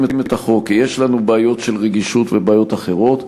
את החוק כי יש לנו בעיות של רגישות ובעיות אחרות,